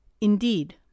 Indeed